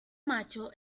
macho